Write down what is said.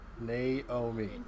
Naomi